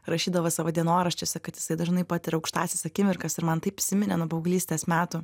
rašydavo savo dienoraščiuose kad jisai dažnai patiria aukštąsias akimirkas ir man taip įsiminė nuo paauglystės metų